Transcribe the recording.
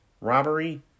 robbery